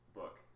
book